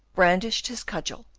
brandished his cudgel,